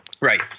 Right